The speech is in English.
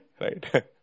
Right